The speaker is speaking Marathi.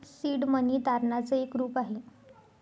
सीड मनी तारणाच एक रूप आहे